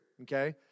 okay